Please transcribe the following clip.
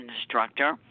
instructor